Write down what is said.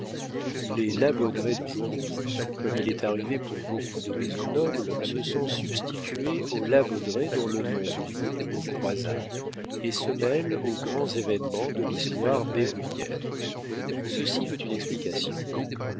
les la baudraye d'aujourd'hui comme il est arrivé pour beaucoup de maisons nobles se sont substitués aux la baudraye dont le nom brille aux croisades et se mêle aux grands événements de l'histoire berruyère ceci veut une explication